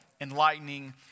enlightening